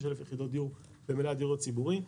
96,000 יחידות דיור במלאי הדיור הציבורי.